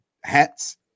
hats